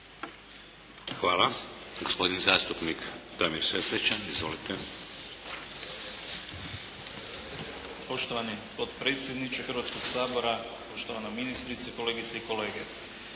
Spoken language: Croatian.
Hvala. Gospodin zastupnik Damir Sesvečan. Izvolite. **Sesvečan, Damir (HDZ)** Poštovani potpredsjedniče Hrvatskog sabora, poštovana ministrice, kolegice i kolege.